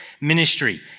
ministry